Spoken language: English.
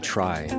Try